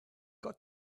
got